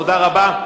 תודה רבה.